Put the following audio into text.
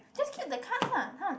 just keep the cards lah come